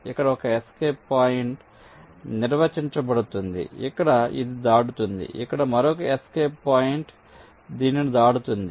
ఇక్కడ ఒక escape point నిర్వచించబడుతుంది ఇక్కడ ఇది దాటుతుంది ఇక్కడ మరొక ఎస్కేప్ పాయింట్ దీనిని దాటుతుంది